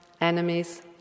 enemies